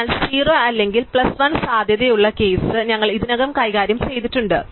അതിനാൽ 0 അല്ലെങ്കിൽ പ്ലസ് 1 സാധ്യതയുള്ള കേസ് ഞങ്ങൾ ഇതിനകം കൈകാര്യം ചെയ്തിട്ടുണ്ട്